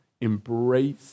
embrace